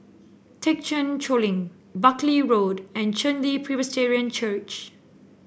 Thekchen Choling Buckley Road and Chen Li Presbyterian Church